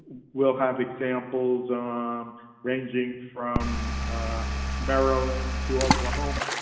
we'll have examples um ranging from maryland to oklahoma.